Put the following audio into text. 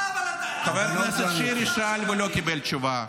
אבל אתה --- חבר הכנסת שירי שאל ולא קיבל תשובה.